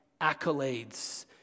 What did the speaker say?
accolades